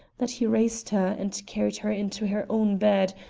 that he raised her and carried her in to her own bed,